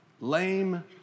lame